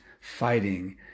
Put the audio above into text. fighting